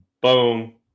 Boom